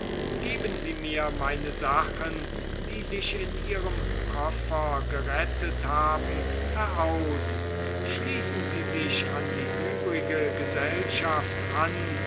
geben sie mir meine sachen die sie in ihrem koffer gerettet haben heraus schließen sie sich an die übrige gesellschaft an